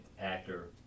actor